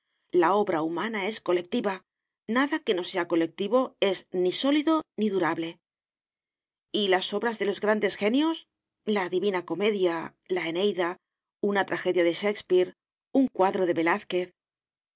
la obra humana es colectiva nada que no sea colectivo es ni sólido ni durable y las obras de los grandes genios la divina comedia la eneida una tragedia de shakespeare un cuadro de